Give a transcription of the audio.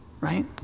Right